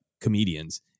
comedians